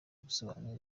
gusobanura